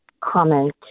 comment